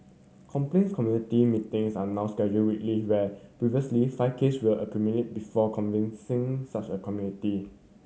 complaints committee meetings are now scheduled weekly where previously five case were accumulated before convincing such a committee